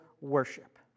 worship